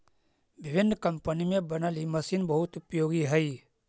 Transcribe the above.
विभिन्न कम्पनी में बनल इ मशीन बहुत उपयोगी हई